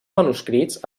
manuscrits